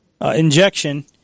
injection